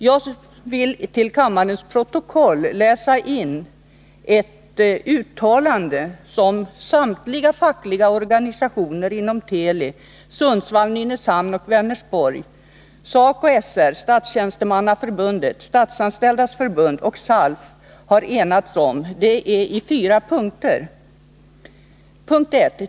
Jag vill till kammarens protokoll läsa in ett uttalande som samtliga fackliga organisationer inom Teli, i Sundsvall, Nynäshamn och Vänersborg -- SACOY/SR, Statstjänstemannaförbundet, Statsanställdas förbund och SALF — har enats om, och det är i fyra punkter: 1.